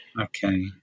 Okay